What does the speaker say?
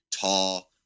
tall